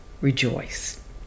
rejoice